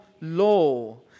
law